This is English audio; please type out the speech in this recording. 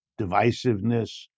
divisiveness